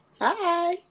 Hi